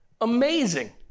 Amazing